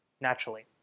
naturally